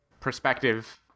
perspective